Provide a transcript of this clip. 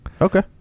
Okay